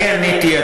אני עניתי.